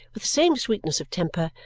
with the same sweetness of temper,